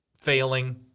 failing